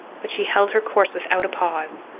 but she held her course without a pause,